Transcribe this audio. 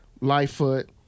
Lightfoot